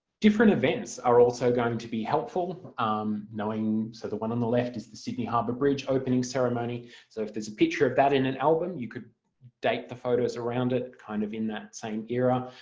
different events are also going to be helpful um so the one on the left is the sydney harbour bridge opening ceremony so if there's a picture of that in an album you could date the photos around it kind of in that same era.